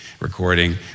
recording